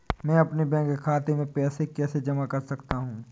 मैं अपने बैंक खाते में पैसे कैसे जमा कर सकता हूँ?